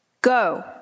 Go